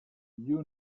you